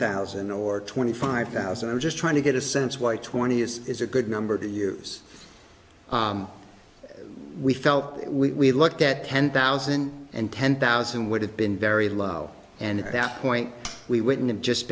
thousand or twenty five thousand i'm just trying to get a sense why twenty is is a good number to use we felt we looked at ten thousand and ten thousand would have been very low and at that point we wouldn't have just